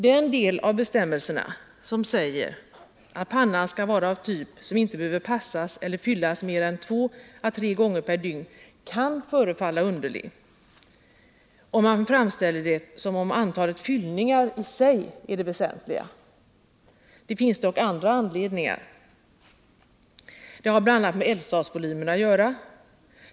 Den del av bestämmelserna som säger att pannan skall ha en sådan volym att deninte behöver passas eller fyllas på mer än två å tre gånger per dygn kan förefalla underlig, om man framställer det som om antalet påfyllningar i sig är det väsentliga. Det finns dock andra anledningar. Det har bl.a. med eldstadsvolymen att göra.